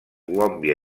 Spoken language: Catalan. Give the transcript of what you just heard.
colòmbia